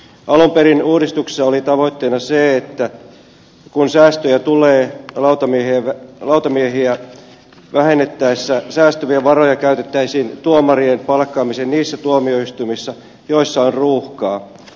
alun perin uudistuksessa oli tavoitteena se että kun säästöjä tulee lautamiehiä vähennettäessä säästyviä varoja käytettäisiin tuomarien palkkaamiseen niissä tuomioistuimissa joissa on ruuhkaa